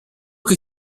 che